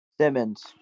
Simmons